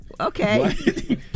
Okay